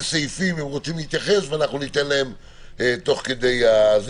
סעיפים הם רוצים להתייחס וניתן להם תוך כדי דיון.